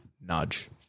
nudge